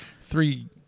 three